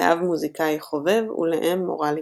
לאב מוזיקאי חובב ולאם מורה לפסנתר.